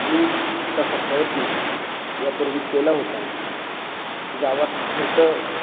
मी तसा प्रयत्न यापूर्वी केला होता की गावात फिरतं